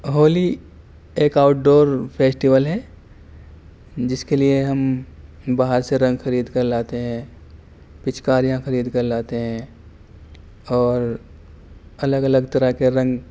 ہولی ایک outdoor festival ہے جس کے لیے ہم باہر سے رنگ خرید کر لاتے ہیں پچکاریاں خرید کر لاتے ہیں اور الگ الگ طرح کے رنگ